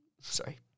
sorry